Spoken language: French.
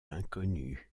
inconnus